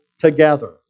together